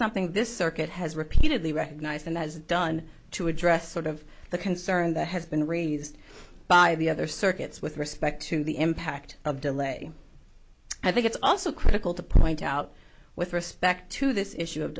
something this circuit has repeatedly recognized and as done to address sort of the concern that has been raised by the other circuits with respect to the impact of delay i think it's also critical to point out with respect to this issue of